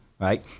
Right